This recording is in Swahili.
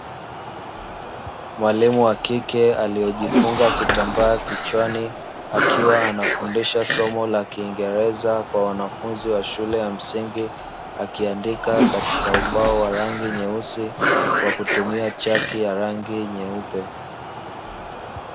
Mwalimu wa kike aliyejifunga kitambaa kichwani akiwa anafundisha somo la kiingereza kwa wanafunzi wa shule ya msingi akiandika katika ubao wa rangi nyeusi kwa kutumia chaki ya rangi nyeupe.